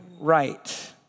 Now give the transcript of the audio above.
right